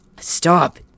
Stop